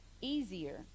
easier